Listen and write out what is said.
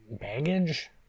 baggage